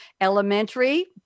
Elementary